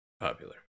popular